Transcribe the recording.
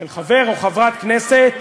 של חבר כנסת או חברת כנסת,